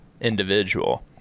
individual